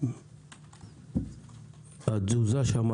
התזוזה שם,